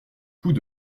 coups